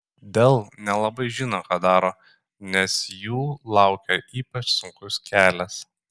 dell nelabai žino ką daro nes jų laukia ypač sunkus kelias